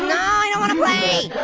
i don't want to play.